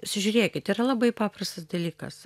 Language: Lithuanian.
sižiūrėkit yra labai paprastas dalykas